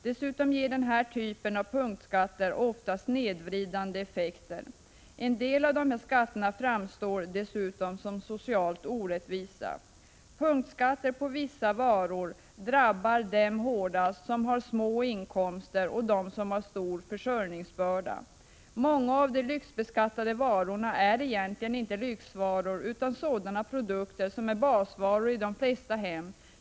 Dessutom ger den här typen av punktskatter ofta snedvridande effekter. En del av dessa skatter framstår dessutom som socialt orättvisa. Punktskatter på vissa varor drabbar hårdast dem som har små inkomster och dem som har stor försörjningsbörda. Många av de lyxbeskattade varorna är egentligen inte lyxvaror utan sådana produkter som är basvaror i de flesta hem.